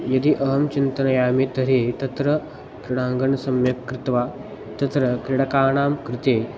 यदि अहं चिन्तयामि तर्हि तत्र क्रीडाङ्गणं सम्यक् कृत्वा तत्र क्रीडकाणां कृते